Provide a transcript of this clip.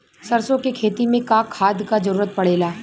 सरसो के खेती में का खाद क जरूरत पड़ेला?